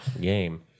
game